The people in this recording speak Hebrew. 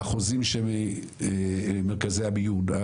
האחוזים של מרכזי המיון,